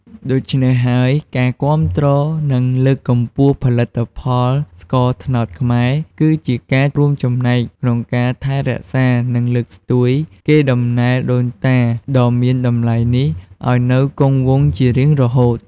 ដូច្នេះហើយ ការគាំទ្រនិងលើកកម្ពស់ផលិតផលស្ករត្នោតខ្មែរ គឺជាការរួមចំណែកក្នុងការថែរក្សានិងលើកស្ទួយកេរ្តិ៍ដំណែលដូនតាដ៏មានតម្លៃនេះឲ្យនៅគង់វង្សជារៀងរហូត។